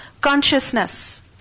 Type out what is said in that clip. consciousness